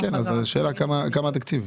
כן, אז השאלה כמה התקציב.